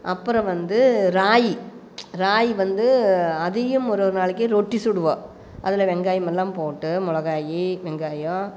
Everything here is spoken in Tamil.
அப்புறம் வந்து ராகி ராகி வந்து அதையும் ஒரு ஒரு நாளைக்கு ரொட்டி சுடுவோம் அதில் வெங்காயமெல்லாம் போட்டு மொளகாய் வெங்காயம்